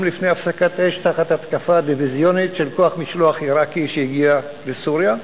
לפני הפסקת האש תחת התקפה דיביזיונית של כוח משלוח עירקי שהגיע לסוריה,